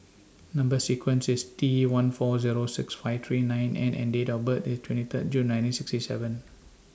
Number sequence IS T one four Zero six five three nine N and Date of birth IS twenty Third June nineteen sixty seven